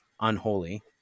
unholy